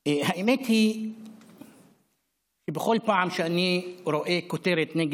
האמת היא שבכל פעם שאני רואה כותרת נגד